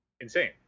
insane